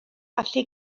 allu